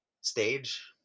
stage